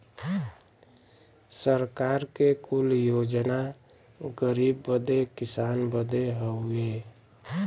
सरकार के कुल योजना गरीब बदे किसान बदे हउवे